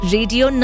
Radio